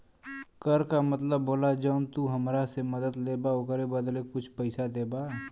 कर का मतलब होला जौन तू हमरा से मदद लेबा ओकरे बदले कुछ पइसा देबा